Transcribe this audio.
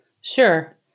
Sure